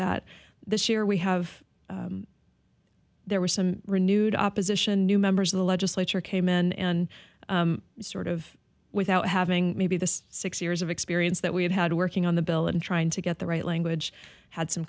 that this year we have there was some renewed opposition new members of the legislature came in and sort of without having maybe the six years of experience that we have had working on the bill and trying to get the right language had some